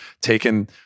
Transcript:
taken